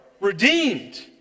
redeemed